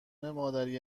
مادری